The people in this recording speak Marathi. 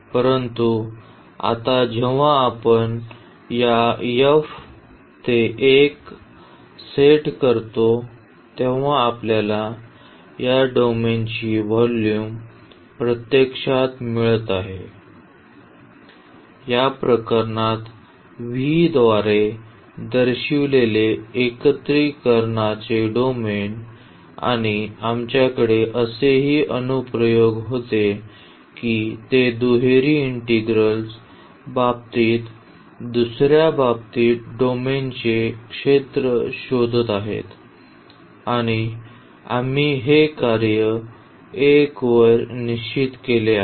परंतु आता जेव्हा आपण या ते 1 सेट करतो तेव्हा आपल्याला या डोमेनची व्हॉल्यूम प्रत्यक्षात मिळत आहे या प्रकरणात V द्वारे दर्शविलेले एकत्रीकरणाचे डोमेन आणि आमच्याकडे असेही अनुप्रयोग होते की ते दुहेरी इंटिग्रल्स बाबतीत दुसर्या बाबतीत डोमेनचे क्षेत्र शोधत आहेत आणि आम्ही हे कार्य 1 वर निश्चित केले आहे